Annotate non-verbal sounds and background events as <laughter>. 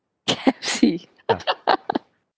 K_F_C <laughs>